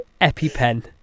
EpiPen